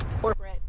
corporate